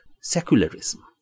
secularism